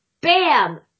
Bam